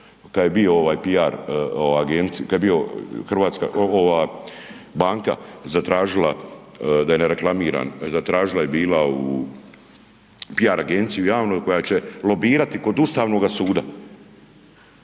kad je bio ovaj piar ova agencija, kad je bio hrvatska, ova banka zatražila da ne reklamiran, zatražila je bila u piar agenciji javnoj koja će lobirati kod Ustavnoga suda,